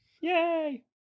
Yay